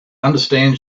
understand